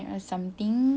saya tak fan